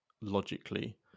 logically